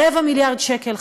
רבע מיליארד שקל,